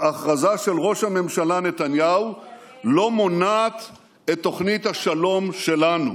ההכרזה של ראש הממשלה נתניהו לא מונעת את תוכנית השלום שלנו.